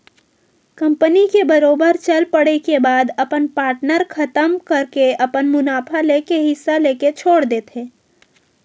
company के बरोबर चल पड़े के बाद अपन पार्टनर खतम करके अपन मुनाफा लेके हिस्सा लेके छोड़ देथे